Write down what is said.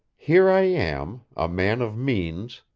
here i am, a man of means,